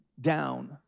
down